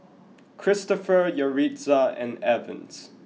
Cristopher Yaritza and Evans